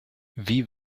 wie